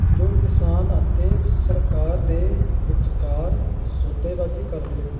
ਜੋ ਕਿਸਾਨ ਅਤੇ ਸਰਕਾਰ ਦੇ ਵਿਚਕਾਰ ਸੌਦੇਬਾਜ਼ੀ ਕਰਦੇ ਹਨ